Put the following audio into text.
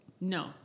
No